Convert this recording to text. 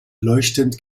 leuchtend